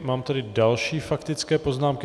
Mám tady další faktické poznámky.